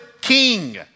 king